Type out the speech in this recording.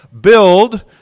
build